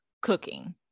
cooking